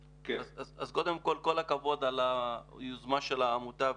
קודם כל, כל הכבוד על היוזמה של העמותה.